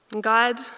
God